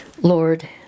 Lord